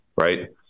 right